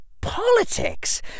politics